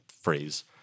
phrase